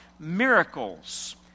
Miracles